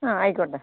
ആ ആയിക്കോട്ടെ